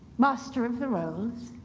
master of the rolls,